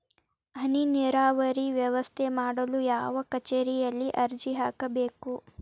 ಹನಿ ನೇರಾವರಿ ವ್ಯವಸ್ಥೆ ಮಾಡಲು ಯಾವ ಕಚೇರಿಯಲ್ಲಿ ಅರ್ಜಿ ಹಾಕಬೇಕು?